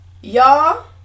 Y'all